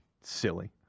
Silly